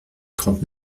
trente